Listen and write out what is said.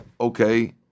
okay